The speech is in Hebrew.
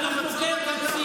איך אני יכול לעזור לך?